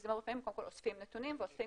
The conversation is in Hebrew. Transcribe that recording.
במרכזים הרפואיים אוספים נתונים ואוספים